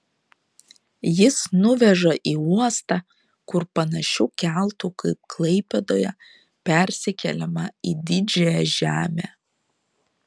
jis nuveža į uostą kur panašiu keltu kaip klaipėdoje persikeliama į didžiąją žemę